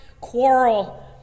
quarrel